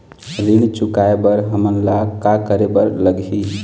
ऋण चुकाए बर हमन ला का करे बर लगही?